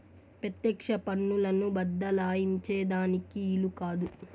పెత్యెక్ష పన్నులను బద్దలాయించే దానికి ఈలు కాదు